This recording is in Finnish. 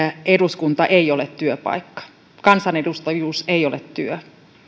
eduskunta ei ole työpaikka kansanedustajuus ei ole työ